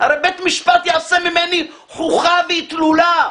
הרי בית המשפט יעשה ממני חוכא ואיטלולא,